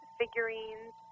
figurines